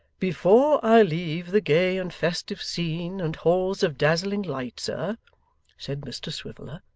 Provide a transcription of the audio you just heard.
before i leave the gay and festive scene, and halls of dazzling light, sir said mr swiveller,